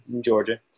Georgia